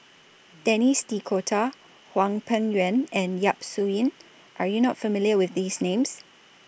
Denis D'Cotta Hwang Peng Yuan and Yap Su Yin Are YOU not familiar with These Names